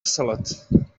salad